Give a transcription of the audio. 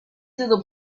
through